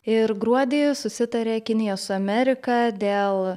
ir gruodį susitarė kinija su amerika dėl